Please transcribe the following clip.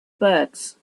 birds